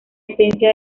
esencia